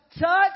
touch